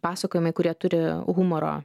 pasakojimai kurie turi humoro